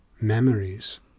memories